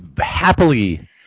happily